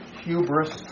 hubris